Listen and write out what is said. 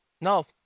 No